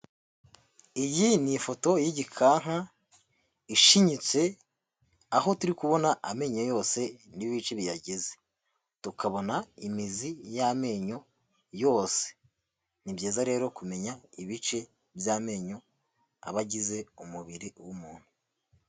Iyi ni ifoto y'igikanka ishinyitse, aho turi kubona amenyo yose n'ibice biyagize, tukabona imizi y'amenyo yose. Ni byiza rero kumenya ibice by'amenyo, aba agize umubiri w'umuntu.